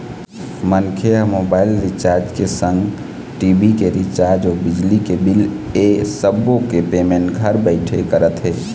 मनखे ह mobile recharge के संग टी.भी के रिचार्ज अउ बिजली के बिल ऐ सब्बो के पेमेंट घर बइठे करत हे